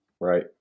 Right